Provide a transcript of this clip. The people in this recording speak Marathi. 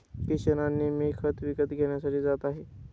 किशन आणि मी खत विकत घेण्यासाठी जात आहे